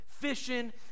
fishing